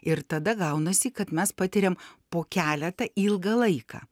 ir tada gaunasi kad mes patiriam po keletą ilgą laiką